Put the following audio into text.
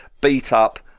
beat-up